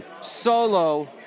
Solo